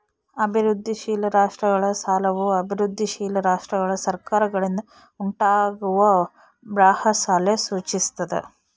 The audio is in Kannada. ಅಭಿವೃದ್ಧಿಶೀಲ ರಾಷ್ಟ್ರಗಳ ಸಾಲವು ಅಭಿವೃದ್ಧಿಶೀಲ ರಾಷ್ಟ್ರಗಳ ಸರ್ಕಾರಗಳಿಂದ ಉಂಟಾಗುವ ಬಾಹ್ಯ ಸಾಲ ಸೂಚಿಸ್ತದ